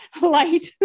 light